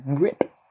rip